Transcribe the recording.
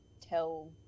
tell